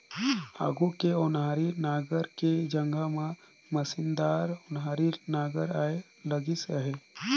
आघु के ओनारी नांगर के जघा म मसीनदार ओन्हारी नागर आए लगिस अहे